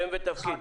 שם ותפקיד.